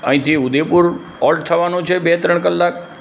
અહીંથી ઉદયપુર હોલ્ટ થવાનું છે બે ત્રણ કલાક